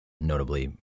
notably